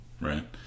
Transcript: right